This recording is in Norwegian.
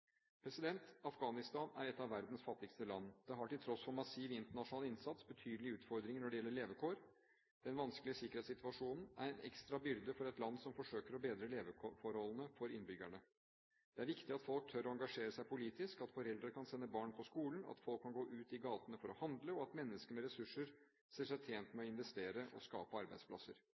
Afghanistan er et av verdens fattigste land. Det har, til tross for massiv internasjonal innsats, betydelige utfordringer når det gjelder levekår. Den vanskelige sikkerhetssituasjonen er en ekstra byrde for et land som forsøker å bedre leveforholdene for innbyggerne. Det er viktig at folk tør å engasjere seg politisk, at foreldre kan sende barn på skolen, at folk kan gå ut i gatene for å handle og at mennesker med ressurser ser seg tjent med å investere og skape arbeidsplasser.